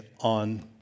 on